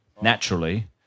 naturally